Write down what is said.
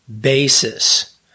basis